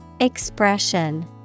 Expression